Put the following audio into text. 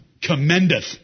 commendeth